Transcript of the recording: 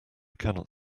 cannot